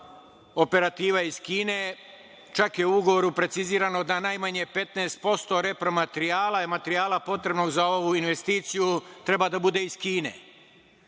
operativa iz Kine. Čak je u ugovoru precizirano da najmanje 15% repromaterijala i materijala potrebnog za ovu investiciju treba da bude iz Kine.